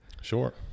Sure